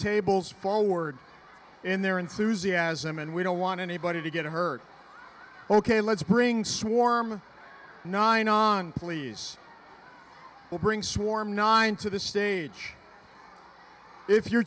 tables forward in their enthusiasm and we don't want anybody to get hurt ok let's bring swarm nine on please bring swarm nine to the stage if your